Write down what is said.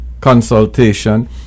consultation